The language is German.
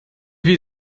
viel